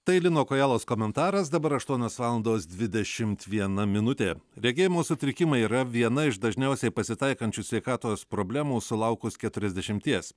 tai lino kojalos komentaras dabar aštuonios valandos dvidešimt viena minutė regėjimo sutrikimai yra viena iš dažniausiai pasitaikančių sveikatos problemų sulaukus keturiasdešimties